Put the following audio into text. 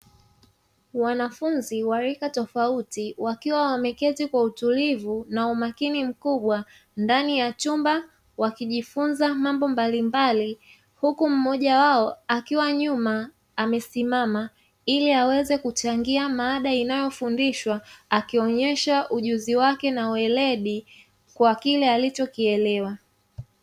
Wanafunzi wa rika tofauti wakiwa wameketi kwa utulivu, na umakini mkubwa, ndani ya chumba wakijifunza mambo mbalimbali huku mmoja wao akiwa nyuma amesimama, ili aweze kuchangia mada inayofundishwa akionyesha ujuzi wake na uweredi kwa kile alichokielewa.